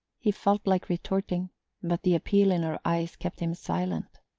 he felt like retorting but the appeal in her eyes kept him silent.